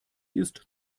ist